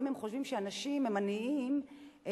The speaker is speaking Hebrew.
האם הם חושבים שאנשים הם עניים באשמתם.